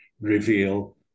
reveal